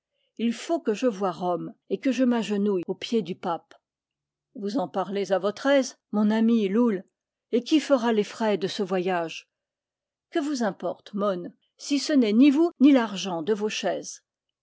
il faut que je voie rome et que je m'agenouille aux pieds du pape vous en parlez à votre aise mon ami loull et qui fera les frais de ce voyage que vous importe môn si ce n'est ni vous ni l'argent de vos chaises